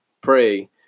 Pray